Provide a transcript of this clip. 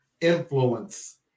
influence